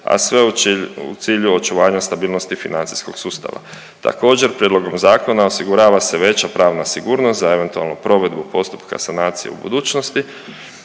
a sve u cilju očuvanja stabilnosti financijskog sustava. Također prijedlogom zakona osigurava se veća pravna sigurnost za eventualnu provedbu postupka sanacije u budućnosti